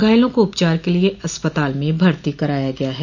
घायलों को उपचार के लिए अस्पताल में भर्ती कराया गया है